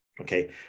okay